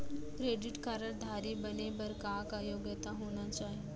Credit card धारी बने बर का का योग्यता होना चाही?